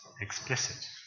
explicit